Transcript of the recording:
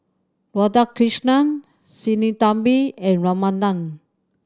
Radhakrishnan Sinnathamby and Ramanand